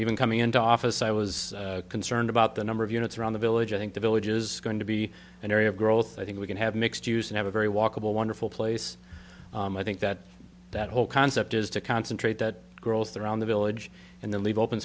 even coming into office i was concerned about the number of units around the village i think the villages going to be an area of growth i think we can have mixed use and have a very walkable wonderful place i think that that whole concept is to concentrate that girls around the village and then leave open